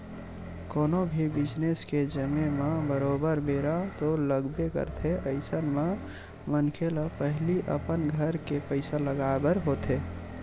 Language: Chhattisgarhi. कोनो भी बिजनेस के जमें म बरोबर बेरा तो लगबे करथे अइसन म मनखे ल पहिली अपन घर के पइसा लगाय बर होथे